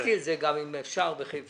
בדקתי את זה גם אם אפשר בחיפה,